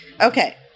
Okay